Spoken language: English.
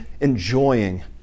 enjoying